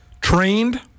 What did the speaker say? trained